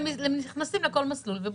נכנסים לכל מסלול ובודקים.